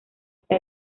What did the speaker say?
está